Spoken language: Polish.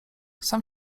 sam